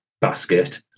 basket